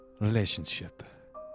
relationship